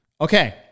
Okay